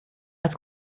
als